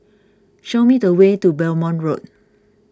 show me the way to Belmont Road